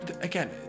again